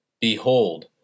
Behold